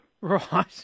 Right